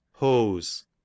Hose